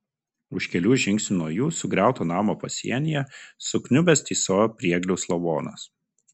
už kelių žingsnių nuo jų sugriauto namo pasienyje sukniubęs tysojo priegliaus lavonas